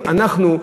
אנחנו,